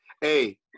Hey